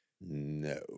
no